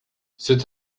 c’est